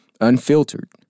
unfiltered